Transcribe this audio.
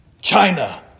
China